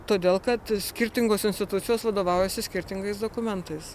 todėl kad skirtingos institucijos vadovaujasi skirtingais dokumentais